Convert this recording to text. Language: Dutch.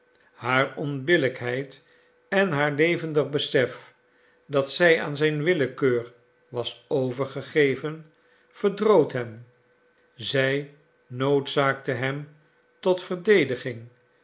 haar onbillijkheid en haar levendig besef dat zij aan zijn willekeur was overgegeven verdroot hem zij noodzaakte hem tot verdediging